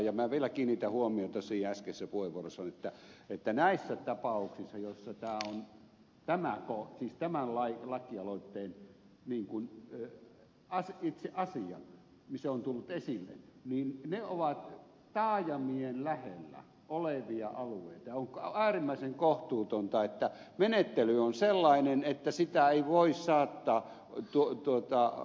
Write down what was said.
ja minä vielä kiinnitän huomiota siihen mitä äskeisessä puheenvuorossani käsittelin että näissä tapauksissa tämä on siis tämän lakialoitteen itse asia mikä on tullut esille ne ovat taajamien lähellä olevia alueita ja on äärimmäisen kohtuutonta että menettely on sellainen että sitä ei voi saattaa tuntua ja